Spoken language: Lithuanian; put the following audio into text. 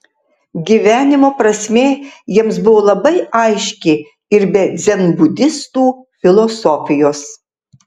gyvenimo prasmė jiems buvo labai aiški ir be dzenbudistų filosofijos